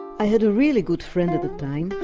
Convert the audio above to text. i had a really good friend at the time,